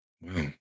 Wow